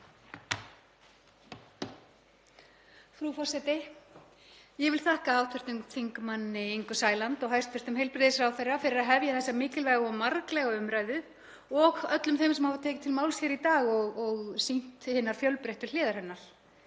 Frú forseti. Ég vil þakka hv. þm. Ingu Sæland og hæstv. heilbrigðisráðherra fyrir að hefja þessa mikilvægu og marghliða umræðu og öllum þeim sem hafa tekið til máls hér í dag og sýnt hinar fjölbreyttu hliðar hennar.